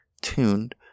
tuned